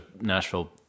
Nashville